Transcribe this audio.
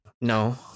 No